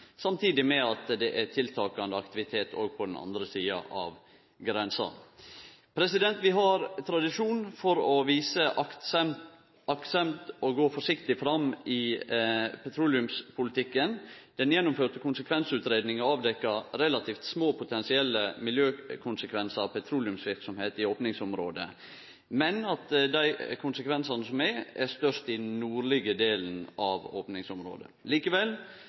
samtidig med at det er tiltakande aktivitet òg på den andre sida av grensa. Vi har tradisjon for å vise aktsemd og gå forsiktig fram i petroleumspolitikken. Den gjennomførte konsekvensutgreiinga avdekte relativt små potensielle miljøkonsekvensar av petroleumsverksemd i opningsområdet, men at dei konsekvensane som er, er størst i den nordlege delen av opningsområdet. Likevel,